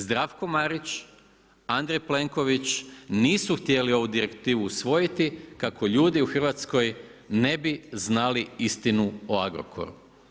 Zdravko Marić, Andrej Plenković, nisu htjeli ovu direktivnu usvojiti, kako ljudi u Hrvatskoj ne bi znali istinu o Agrokoru.